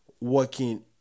working